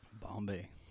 Bombay